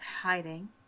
hiding